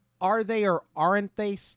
are-they-or-aren't-they